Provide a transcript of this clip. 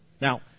Now